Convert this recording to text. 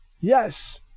Yes